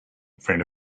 friend